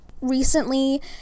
Recently